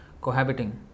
cohabiting